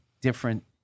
different